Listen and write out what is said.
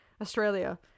Australia